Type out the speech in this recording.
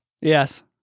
Yes